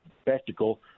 spectacle